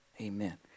Amen